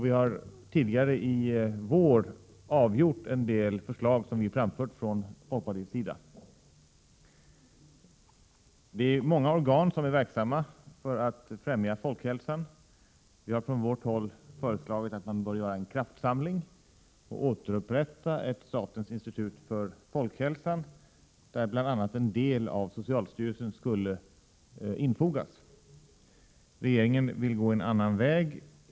Tidigare i vår har riksdagen avgjort en del förslag som vi lagt fram från folkpartiets sida. Det är många organ som är verksamma för att främja folkhälsan. Vi har från vårt håll föreslagit att man skall göra en kraftsamling och återupprätta ett statens institut för folkhälsan, där bl.a. en del av socialstyrelsen skulle infogas. Regeringen vill gå en annan väg.